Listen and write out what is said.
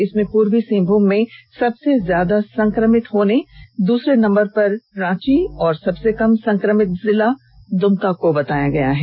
इसमें पूर्वी सिंहभूम में सबसे ज्यादा संक्रमित दूसरें नंबर पर रांची सबसे कम संक्रमित दुमका में बताया गया है